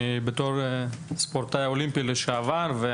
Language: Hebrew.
בתור ספורטאי אולימפי לשעבר.